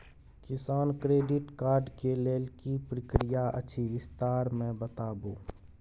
किसान credit card के लेल की प्रक्रिया अछि विस्तार से बताबू?